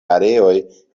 areoj